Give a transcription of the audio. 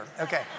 okay